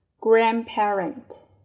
grandparent